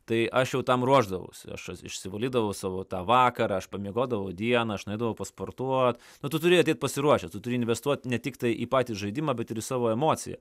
tai aš jau tam ruošdavausi aš išsivalydavau savo tą vakarą aš pamiegodavau dieną aš nueidavau pasportuot nu tu turi ateit pasiruošęs tu turi investuot ne tiktai į patį žaidimą bet ir į savo emociją